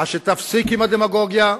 שתפסיק עם הדמגוגיה,